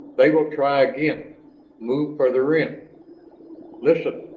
they will try again move farther in listen,